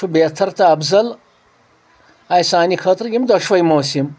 چھُ بہتر تہٕ افضل اسہِ سانہِ خٲطرٕ یِم دۄشوٕے موسِم